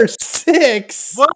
six